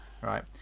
Right